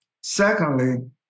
Secondly